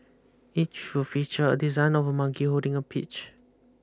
each will feature a design of a monkey holding a peach